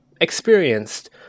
experienced